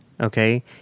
okay